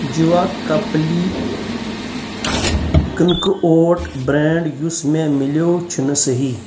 جِوا کپلی کٕنکہٕ اوٹ برٛینٛڈ یُس مےٚ میلیو چھُنہٕ صحیح